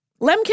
Lemkin